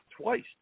twice